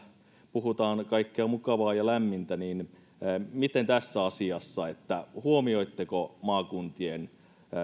puhutaan kaikkea mukavaa ja lämmintä niin miten tässä asiassa huomioitteko maakuntien